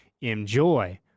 enjoy